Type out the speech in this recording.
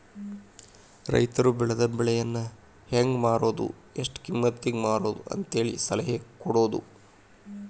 ರೈತರು ಬೆಳೆದ ಬೆಳೆಯನ್ನಾ ಹೆಂಗ ಮಾರುದು ಎಷ್ಟ ಕಿಮ್ಮತಿಗೆ ಮಾರುದು ಅಂತೇಳಿ ಸಲಹೆ ಕೊಡುದು